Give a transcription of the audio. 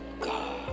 god